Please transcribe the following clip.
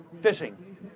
fishing